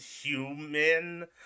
human